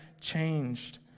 changed